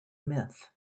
myth